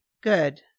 Good